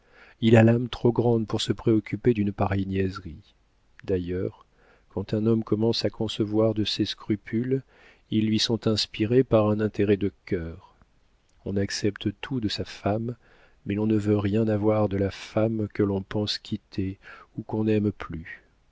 il a l'âme trop grande pour se préoccuper d'une pareille niaiserie d'ailleurs quand un homme commence à concevoir de ces scrupules ils lui sont inspirés par un intérêt de cœur on accepte tout de sa femme mais on ne veut rien avoir de la femme que l'on pense quitter ou qu'on n'aime plus